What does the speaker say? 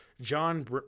John